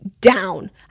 down